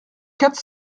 quatre